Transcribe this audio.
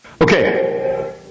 Okay